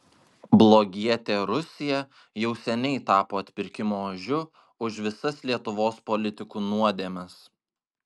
blogietė rusija jau seniai tapo atpirkimo ožiu už visas lietuvos politikų nuodėmes